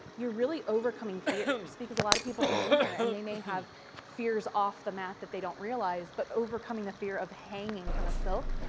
you're really overcoming fears, because a lot of people come in here and they may have fears off the mat that they don't realize. but overcoming the fear of hanging from a silk,